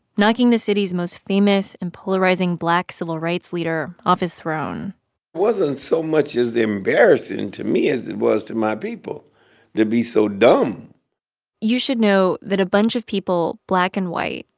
knocking the city's most famous and polarizing black civil rights leader off his throne wasn't so much as embarrassing to me as it was to my people to be so dumb you should know that a bunch of people, black and white,